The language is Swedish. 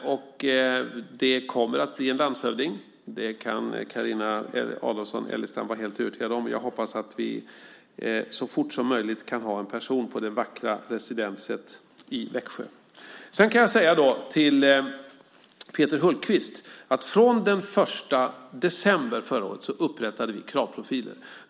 Det kommer att bli en landshövding. Det kan Carina Adolfsson Elgestam vara helt övertygad om. Jag hoppas att vi så fort som möjligt kan ha en person på det vackra residenset i Växjö. Jag kan säga följande till Peter Hultqvist. Från den 1 december förra året upprättade vi kravprofiler.